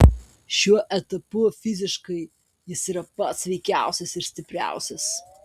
šiuo etapu fiziškai jis yra pats sveikiausias ir stipriausias